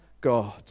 God